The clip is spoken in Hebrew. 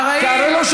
על מה אתם מדברים?